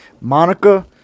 Monica